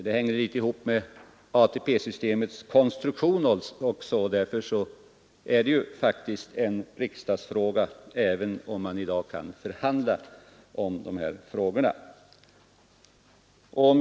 Det hänger också litet ihop med ATP-systemets konstruktion, och därför är det faktiskt en riksdagsfråga, även om man i dag kan förhandla om dessa problem.